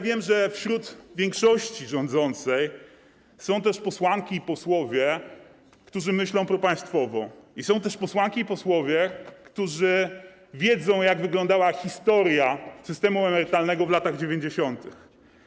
Wiem, że wśród większości rządzącej są też posłanki i posłowie, którzy myślą propaństwowo, są też posłanki i posłowie, którzy wiedzą, jak wyglądała historia systemu emerytalnego w latach 90.